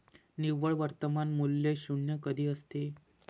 निव्वळ वर्तमान मूल्य शून्य कधी असते?